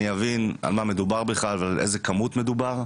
להבין על מה מדובר בכלל ועל איזה כמויות מודבר.